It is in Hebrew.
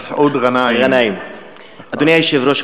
אדוני היושב-ראש,